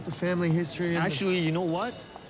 family history actually you know what?